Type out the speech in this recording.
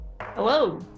Hello